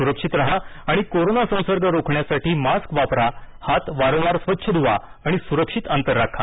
सुरक्षित राहा आणि कोरोना संसर्ग रोखण्यासाठी मास्क वापरा हात वारंवार स्वच्छ धुवा आणि सुरक्षित अंतर राखा